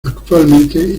actualmente